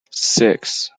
six